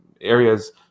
areas